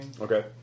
Okay